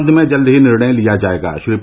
इस सम्बंध में जल्द ही निर्णय ले लिया जायेगा